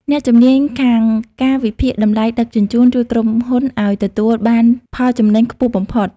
អ្នកជំនាញខាងការវិភាគតម្លៃដឹកជញ្ជូន ជួយក្រុមហ៊ុនឱ្យទទួលបានផលចំណេញខ្ពស់បំផុត។